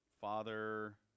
Father